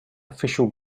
official